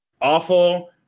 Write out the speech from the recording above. awful